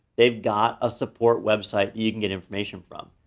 they've got a support website you can get information from.